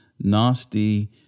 nasty